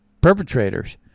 perpetrators